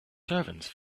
servants